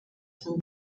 from